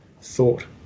thought